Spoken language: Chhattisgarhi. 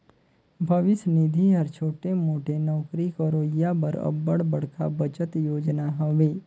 भविस निधि हर छोटे मोटे नउकरी करोइया बर अब्बड़ बड़खा बचत योजना हवे